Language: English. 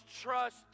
trust